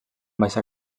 baixar